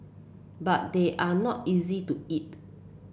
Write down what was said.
but they are not easy to eat